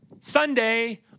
Sunday